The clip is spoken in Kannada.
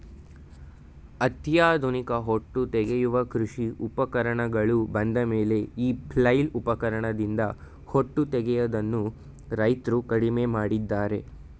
ಅತ್ಯಾಧುನಿಕ ಹೊಟ್ಟು ತೆಗೆಯುವ ಕೃಷಿ ಉಪಕರಣಗಳು ಬಂದಮೇಲೆ ಈ ಫ್ಲೈಲ್ ಉಪಕರಣದಿಂದ ಹೊಟ್ಟು ತೆಗೆಯದನ್ನು ರೈತ್ರು ಕಡಿಮೆ ಮಾಡಿದ್ದಾರೆ